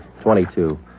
twenty-two